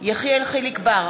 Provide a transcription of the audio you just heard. יחיאל חיליק בר,